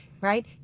right